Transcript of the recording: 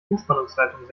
hochspannungsleitungen